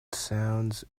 sound